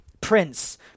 Prince